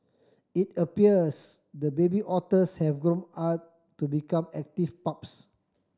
it appears the baby otters have grown up to become active pups